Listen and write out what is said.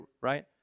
right